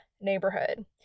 neighborhood